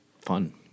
fun